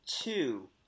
two